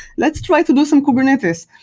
let's try to do some kubernetes.